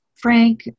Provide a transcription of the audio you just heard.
Frank